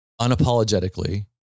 unapologetically